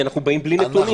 אנחנו באים בלי נתונים.